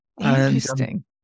Interesting